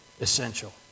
essential